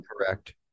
correct